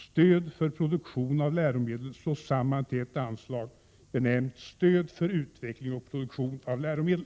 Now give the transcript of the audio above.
Stöd för produktion av läromedel slås samman till ett anslag benämnt ”Stöd för utveckling och produktion av läromedel”.